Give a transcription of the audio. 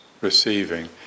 receiving